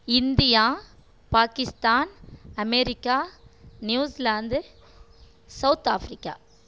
India Pakistan America New Zealand South Africa